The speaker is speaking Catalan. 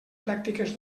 pràctiques